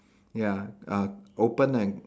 ya uh open and